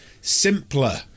Simpler